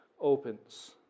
opens